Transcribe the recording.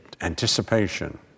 anticipation